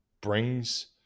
brings